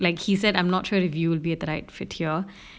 like he said I'm not sure if you'll be a right fit here